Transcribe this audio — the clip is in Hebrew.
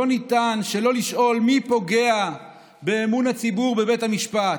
לא ניתן שלא לשאול: מי פוגע באמון הציבור בבית המשפט?